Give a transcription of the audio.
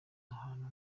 ahantu